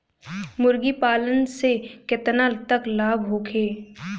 मुर्गी पालन से केतना तक लाभ होखे?